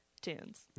tunes